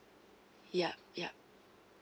yup yup